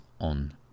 on